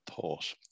thought